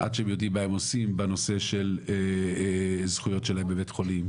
עד שהם יודעים מה הם עושים בנושא של זכויות שלהם בבתי החולים,